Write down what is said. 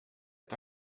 est